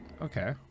Okay